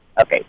Okay